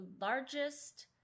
largest